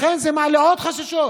לכן זה מעלה עוד חששות.